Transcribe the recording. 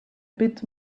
bit